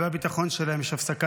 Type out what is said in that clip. חברת הכנסת נעמה לזימי, בבקשה.